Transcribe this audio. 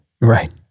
Right